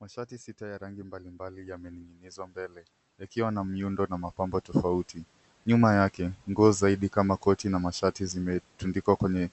Mashati sita ya rangi mbalimbali yamening'inizwa mbele yakiwa na miundo na mapambo tofauti. Nyuma yake nguo zaidi kama koti na mashati zimetundikwa kwenye